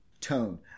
tone